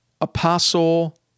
apostle